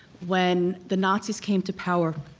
when the nazis came to power,